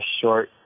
short